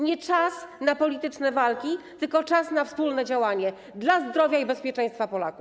Nie czas na polityczne walki, tylko czas na wspólne działanie dla zdrowia i bezpieczeństwa Polaków.